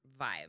vibe